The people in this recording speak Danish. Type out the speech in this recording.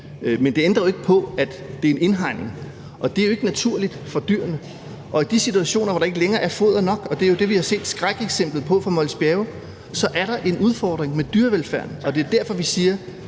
Men det ændrer ikke på, at der er en indhegning, og det er jo ikke naturligt for dyrene. Og i de situationer, hvor der ikke længere er foder nok – og det er jo det, vi har set skrækeksemplet på i Mols Bjerge – er der en udfordring med dyrevelfærden. Det er derfor, vi siger,